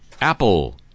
Apple